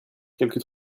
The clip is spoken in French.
quelques